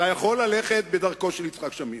אתה יכול ללכת בדרכו של יצחק שמיר.